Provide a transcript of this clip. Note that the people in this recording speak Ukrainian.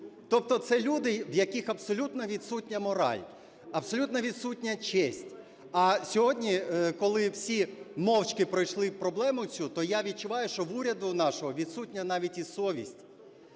Тобто це люди, в яких абсолютно відсутня мораль, абсолютно відсутня честь. А сьогодні, коли всі мовчки пройшли проблему цю, то я відчуваю, що в уряду нашого відсутня навіть і совість.